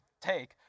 take